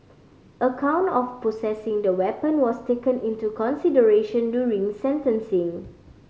a count of possessing the weapon was taken into consideration during sentencing